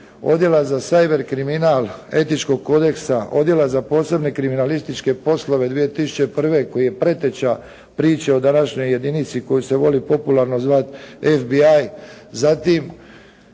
Odjela za cyber kriminal, etičkog kodeksa, Odjela za posebne kriminalističke poslove 2001. koji je preteča priči o današnjoj jedinici koju se voli popularno zvati FBI, zatim